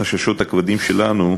החששות הכבדים שלנו,